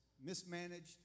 mismanaged